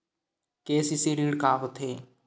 KCC ऋण का होथे?